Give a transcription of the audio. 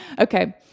Okay